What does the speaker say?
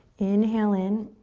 inhale in.